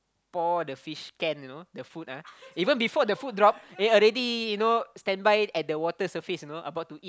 pour the fish can you know the food ah even before the food drop they already you know standby at the water surface you know about to eat